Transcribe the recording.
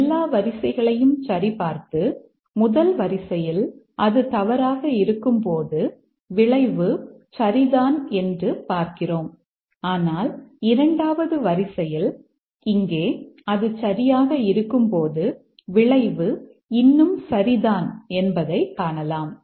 எல்லா வரிசைகளையும் சரிபார்த்து முதல் வரிசையில் அது தவறாக இருக்கும்போது விளைவு சரிதான் என்று பார்க்கிறோம் ஆனால் இரண்டாவது வரிசையில் இங்கே அது சரியாக இருக்கும்போது விளைவு இன்னும் சரிதான் என்பதை காணலாம்